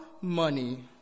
money